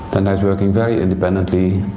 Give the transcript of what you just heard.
and is working very independently.